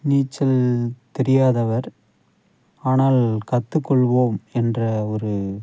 நீச்சல் தெரியாதவர் ஆனால் கற்றுக்கொள்வோம் என்ற ஒரு